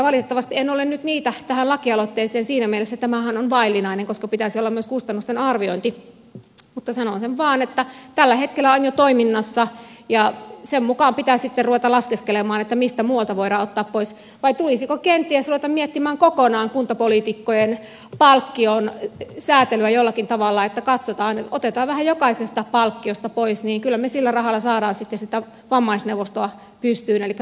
valitettavasti en ole nyt niitä laittanut tähän lakialoitteeseen siinä mielessä tämähän on vaillinainen koska pitäisi olla myös kustannusten arviointi mutta sanon sen vain että tällä hetkellä on jo toiminnassa ja sen mukaan pitää sitten ruveta laskeskelemaan mistä muualta voidaan ottaa pois vai tulisiko kenties ruveta miettimään kokonaan kuntapoliitikkojen palkkion säätelyä jollakin tavalla että katsotaan otetaan vähän jokaisesta palkkiosta pois niin kyllä me sillä rahalla saamme sitten sitä vammaisneuvostoa pystyyn